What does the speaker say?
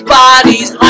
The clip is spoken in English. bodies